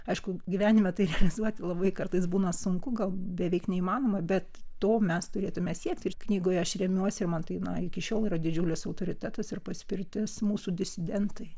aišku gyvenime tai realizuoti labai kartais būna sunku gal beveik neįmanoma bet to mes turėtume siekti ir knygoje aš remiuosi ir man tai na iki šiol yra didžiulis autoritetas ir paspirtis mūsų disidentai